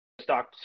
stock